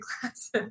classes